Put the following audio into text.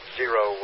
zero